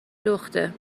لخته